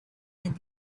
that